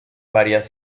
varias